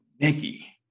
Nikki